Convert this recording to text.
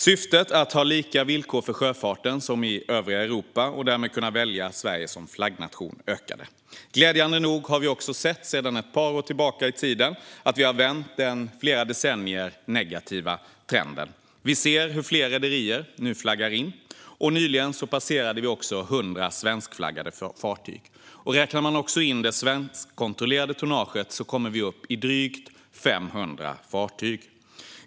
Syftet var att ha samma villkor för sjöfarten som i övriga Europa och att möjligheten att välja Sverige som flaggnation därmed skulle öka. Glädjande nog har vi sedan ett par år vänt den negativa trenden från flera decennier tillbaka. Vi ser hur fler rederier nu flaggar in, och nyligen passerade vi 100 svenskflaggade fartyg. Räknar man också in det svenskkontrollerade tonnaget kommer vi upp i drygt 500 fartyg.